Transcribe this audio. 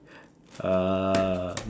uh